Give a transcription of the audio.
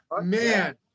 man